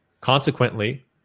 Consequently